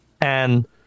And-